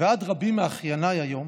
ועד רבים מאחייניי היום,